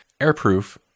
airproof